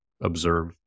observe